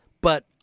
But-